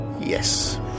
Yes